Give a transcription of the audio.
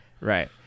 Right